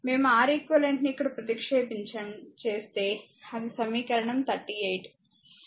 మేము Req ను ఇక్కడ ప్రతిక్షేపించండి చేస్తే అంటే అది సమీకరణం 38